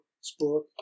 sport